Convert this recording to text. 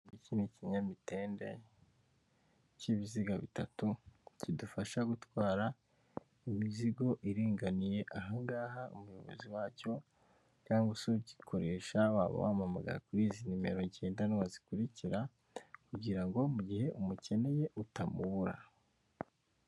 Iki ni ikinyamitende cy'ibiziga bitatu kidufasha gutwara imizigo iringaniye. Ahangaha umuyobozi wacyo cyangwa ugikoresha waba wamamagara kuri izi nimero ngendanwa zikurikira kugira ngo mu gihe umukeneye utamubura.